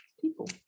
people